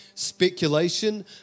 speculation